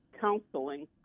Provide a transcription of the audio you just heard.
counseling